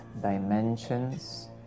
dimensions